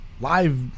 live